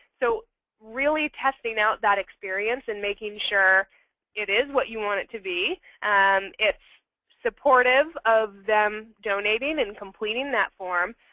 so really testing out that experience and making sure it is what you want it to be, and it's supportive of them donating and completing that form,